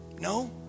No